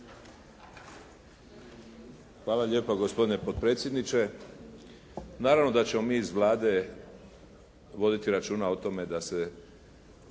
Hvala lijepa gospodine potpredsjedniče. Naravno da ćemo mi iz Vlade voditi računa o tome da se